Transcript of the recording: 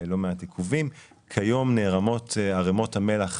כיום נערמות ערימות המלח